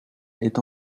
est